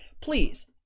please